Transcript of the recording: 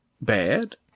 bad